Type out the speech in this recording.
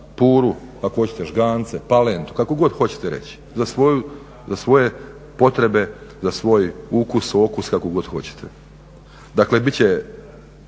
za … ako hoćete žgance, palentu, kako god hoćete reći, za svoje potrebe, za svoj ukus, okus, kako god hoćete. Dakle, bit će